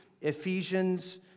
Ephesians